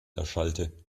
erschallte